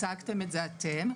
הצגתם את זה אתם,